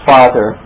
Father